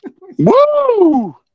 Woo